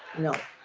no.